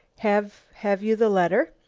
have have you the letter?